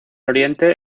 oriente